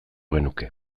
genuke